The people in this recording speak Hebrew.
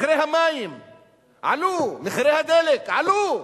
מחירי המים עלו, מחירי הדלק עלו.